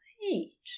heat